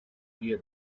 wear